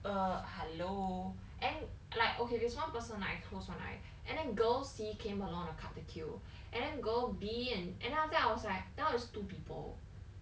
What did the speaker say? err hello and like okay there's one person like I close one eye and then girl C came along and cut the queue and then girl B and and then after that I was like now is two people